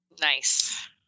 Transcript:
nice